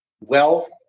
Wealth